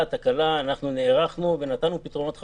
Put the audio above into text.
התקלה אנחנו נערכנו ונתנו פתרונות חלופיים.